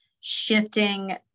shifting